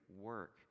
work